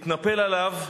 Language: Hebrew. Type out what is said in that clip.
התנפל עליו,